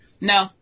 No